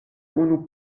unu